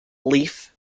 leaf